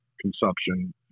consumption